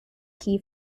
key